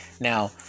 Now